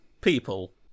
people